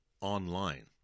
online